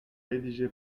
rédigé